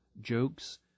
jokes